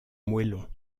moellons